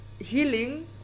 healing